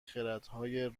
خردهای